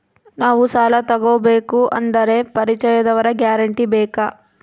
ನಾವು ಸಾಲ ತೋಗಬೇಕು ಅಂದರೆ ಪರಿಚಯದವರ ಗ್ಯಾರಂಟಿ ಬೇಕಾ?